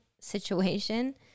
situation